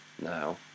now